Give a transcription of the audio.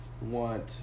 want